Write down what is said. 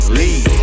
lead